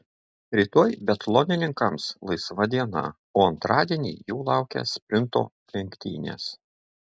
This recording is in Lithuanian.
rytoj biatlonininkams laisva diena o antradienį jų laukia sprinto lenktynės